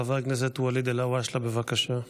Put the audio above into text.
חבר הכנסת ואליד אלהואשלה, בבקשה.